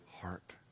heart